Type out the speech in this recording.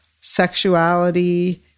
sexuality